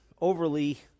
overly